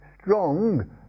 strong